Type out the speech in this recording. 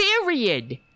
Period